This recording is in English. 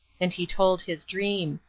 and he told his dream.